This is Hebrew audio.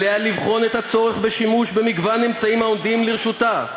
עליה לבחון את הצורך בשימוש במגוון אמצעים העומדים לרשותה.